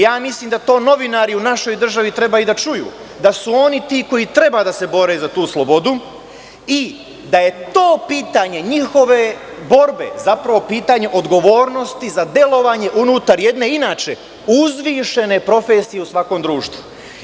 Ja mislim da to novinari u našoj državi treba i da čuju, da su oni ti koji treba da se bore za tu slobodu i da je to pitanje njihove borbe zapravo pitanje odgovornosti za delovanje unutar jedne inače uzvišene profesije u svakom društvu.